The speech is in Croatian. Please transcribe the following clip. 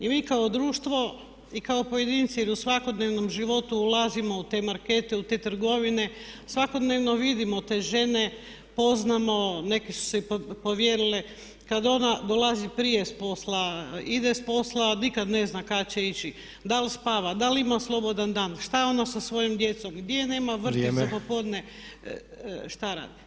I mi kao društvo i kao pojedinci jer u svakodnevnom životu ulazimo u te markete, u te trgovine, svakodnevno vidimo te žene, poznajemo, neke su se i povjerile, kada ona dolazi prije s posla, ide s posla, nikad ne zna kada će ići, da li spava, da li ima slobodan dan, šta je ona sa svojom djecom, gdje nema vrtić za popodne, šta radi.